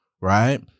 Right